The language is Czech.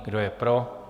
Kdo je pro?